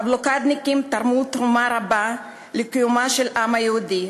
הבלוקדניקים תרמו תרומה רבה לקיומו של העם היהודי